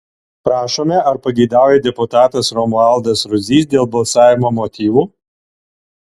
prašome ar pageidauja deputatas romualdas rudzys dėl balsavimo motyvų